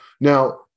now